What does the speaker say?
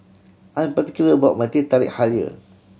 I am particular about my Teh Tarik halia